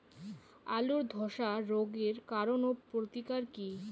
আলুর ধসা রোগের কারণ ও প্রতিকার কি?